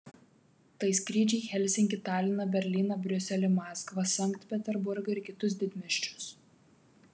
tai skrydžiai į helsinkį taliną berlyną briuselį maskvą sankt peterburgą ir kitus didmiesčius